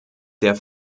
der